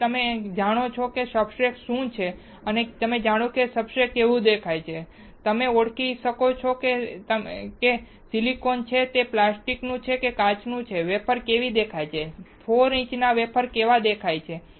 હવે તમે જાણો છો કે સબસ્ટ્રેટને શું કહે છે હવે તમે જાણો છો કે સબસ્ટ્રેટ કેવું દેખાય છે તમે હવે ઓળખી શકો છો કે કેમ તે સિલિકોન છે કે તે પ્લાસ્ટિકનું છે કે તે કાચનું છે વેફર કેવી દેખાય છે 4 ઇંચના વેફર કેવા દેખાય છે